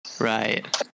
Right